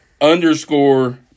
underscore